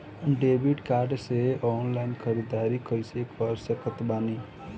Debit card से online ख़रीदारी कैसे कर सकत बानी?